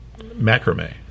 macrame